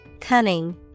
cunning